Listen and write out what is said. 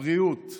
הבריאות,